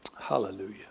Hallelujah